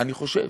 אני חושב,